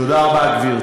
תודה רבה, גברתי.